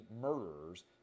murderers